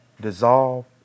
dissolve